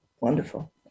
wonderful